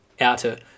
outer